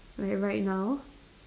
like right now